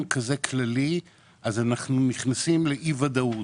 כזה כללי אז אנחנו נכנסים לאי ודאות.